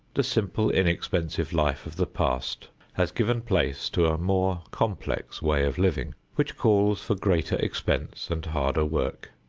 the simple inexpensive life of the past has given place to a more complex way of living, which calls for greater expense and harder work.